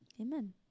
Amen